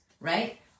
right